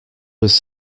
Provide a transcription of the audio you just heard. was